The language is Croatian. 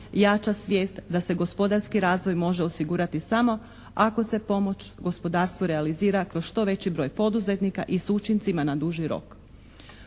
jača svijest da se gospodarski razvoj može osigurati samo ako se pomoć u gospodarstvu realizira kroz što veći broj poduzetnika i s učincima na dulji rok.